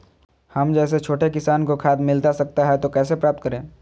हम जैसे छोटे किसान को खाद मिलता सकता है तो कैसे प्राप्त करें?